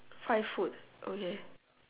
find food okay